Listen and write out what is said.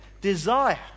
desire